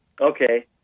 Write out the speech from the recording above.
Okay